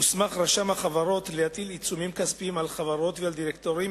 הוסמך רשם החברות להטיל עיצומים כספיים על חברות ועל דירקטורים,